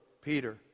Peter